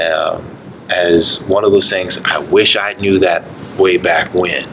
as one of those sayings i wish i knew that way back when